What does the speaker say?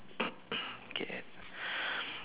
okay